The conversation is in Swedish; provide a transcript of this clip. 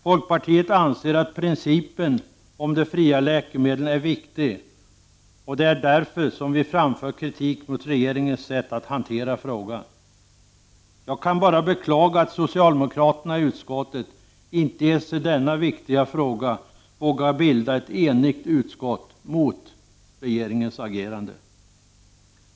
Folkpartiet anser att principen om de fria läkemedlen är viktig, och det är därför som vi framför kritik mot regeringens sätt att hantera frågan. Jag kan bara beklaga att socialdemokraterna i utskottet inte ens i denna viktiga fråga vågar medverka till att en enig utskottsmajoritet går mot regeringens agerande.